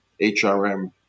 HRM